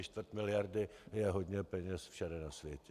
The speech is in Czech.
Čtvrt miliardy je hodně peněz všude na světě.